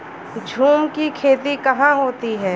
झूम की खेती कहाँ होती है?